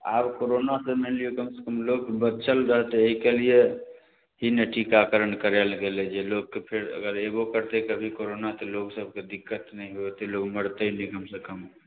आब कोरोनासँ मानि लिऔ कमसँ कम लोक बचल रहतै एहिके लिए ही ने टीकाकरण करायल गेलै जे लोककेँ फेर अगर अयबो करतै कभी करोना तऽ लोग सबके दिक्कत नहि होइ ओतेक लोक मरतै नहि कमसँ कम